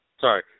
Sorry